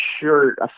shirt